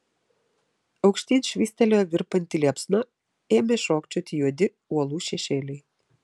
aukštyn švystelėjo virpanti liepsna ėmė šokčioti juodi uolų šešėliai